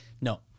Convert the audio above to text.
No